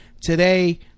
Today